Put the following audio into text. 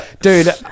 dude